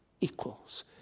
equals